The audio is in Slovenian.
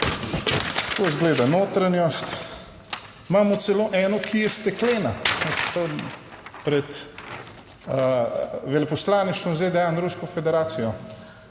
Tako izgleda notranjost. Imamo celo eno, ki je steklena. Pred veleposlaništvom ZDA in Rusko federacijo,